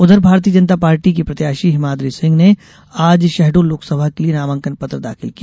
उधर भारतीय जनता पार्टी की प्रत्याशी हिमाद्रि सिंह ने आज शहडोल लोकसभा के लिये नामांकन पत्र दाखिल किया